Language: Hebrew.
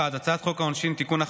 1. הצעת חוק העונשין (תיקון,